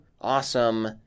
awesome